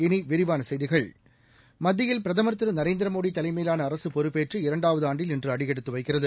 இனி விரிவான செய்திகள் மத்தியில் பிரதம் திரு நரேந்திரமோடி தலைமையிலான அரசு பொறுப்பேற்று இரண்டாவது ஆண்டில் இன்று அடியெடுத்து வைக்கிறது